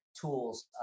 tools